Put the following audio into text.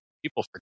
People